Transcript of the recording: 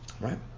Right